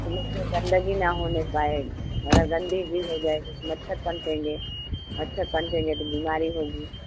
उसमें से गंदगी ना हो पाए अगर गंदगी हो जाएगी मच्छर पनपेंगे मच्छर पनपेंगे तो बीमारी होगी